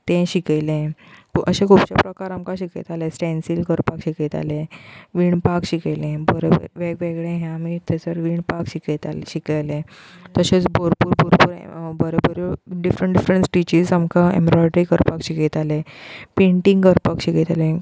ते शिकयलें अशें खुबशे प्रकार आमकां शिकयताले स्टेन्सील करपाक शिकयताले विणपाक शिकयलें बरो वेगवेगळें हें आमी थंयसर विणपाक शिकयतालीं शिकयलें तशेंत भोरपूर भोरपूर बरें बरें डिफरंट डिफरंट स्टिचीस आमकां एमब्रोयडरी करपाक शिकयताले पेटींग करपाक शिकयताले